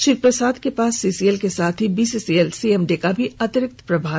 श्री प्रसाद के पास सीसीएल के साथ ही बीसीसीएल सीएमडी का अतिरिक्त प्रभार होगा